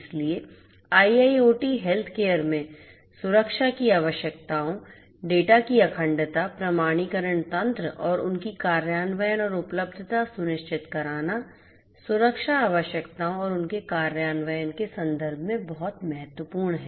इसलिए IIoT healthcare में सुरक्षा की आवश्यकताओं डेटा की अखंडता प्रमाणीकरण तंत्र और उनकी कार्यान्वयन और उपलब्धता सुनिश्चित करना सुरक्षा आवश्यकताओं और उनके कार्यान्वयन के संदर्भ में बहुत महत्वपूर्ण है